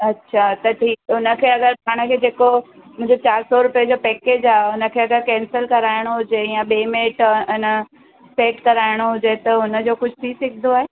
अच्छा त ठीकु उनखे अगरि पाणखे जेको मुंहिंजो चारि सौ रुपये जो पैकेज आहे हुनखे अगरि कैंसिल कराइणो हुजे यां ॿिए में त इन सेट कराइणो हुजे त हुनजो कुझु थी सघंदो आहे